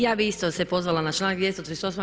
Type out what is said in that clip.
Ja bih isto se pozvala na članak 238.